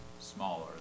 smaller